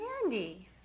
candy